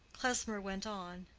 klesmer went on,